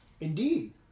indeed